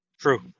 True